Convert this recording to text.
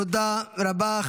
תודה רבה.